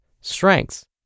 strengths